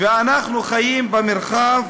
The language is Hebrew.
ואנחנו חיים במרחב